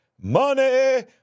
money